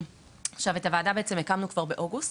עכשיו את הוועדה בעצם הקמנו כבר באוגוסט,